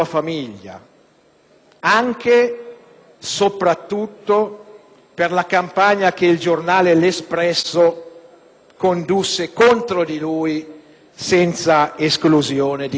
anche soprattutto per la campagna che il settimanale «L'espresso» condusse contro di lui, senza esclusione di colpi.